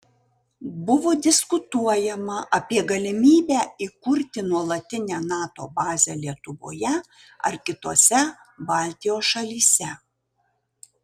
buvo diskutuojama apie galimybę įkurti nuolatinę nato bazę lietuvoje ar kitose baltijos šalyse